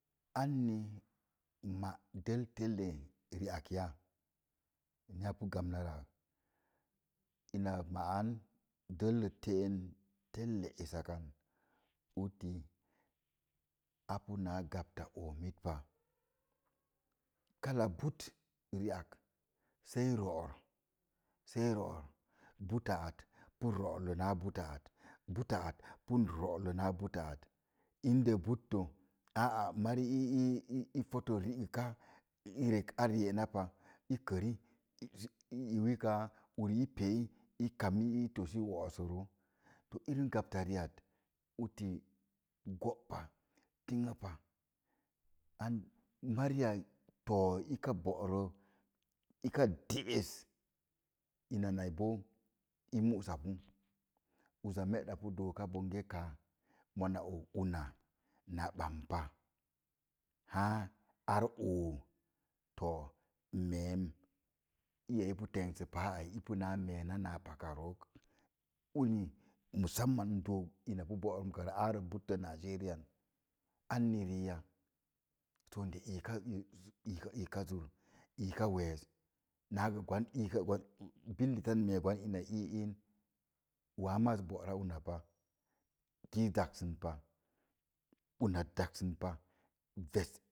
Anni má del telle riák oya ni a pu gamna rə ak ina ma'an delle tə'an telle esək an lik, a pu na gbata oomit pa kalla butt di'ak. Sei ro'or sai ro'or butla at pu ro'or le na butta at butta at pu ro'or le na butta at, inde buttə aa mari i, pota rigəka re'ka or ye'na pa. i kəri isi i wee kaa i kam. i tosə wo'os so roo inim gbata ri'at uti go pa tingə pa mai i too i ka bô rooi aka do'as una na dó i músa pu. uza me’ da pu dooka bongə gàá mona oga ona na ɓampa laa ar oo too men iya, pu tenssə páa ai i pu naa mee ka naa paka rook uni massamen n dok ina pu boorum ka arə buttən nigerian anni rii ya soinde ɨka iak zur ika wass naa gə goan iika gwan billi ten mee ina gwani iii wa maz bóra na pa ziz daksə pa una da'ksə pa.